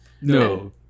no